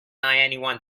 anyone